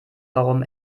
warum